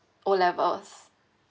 O levels